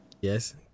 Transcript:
Yes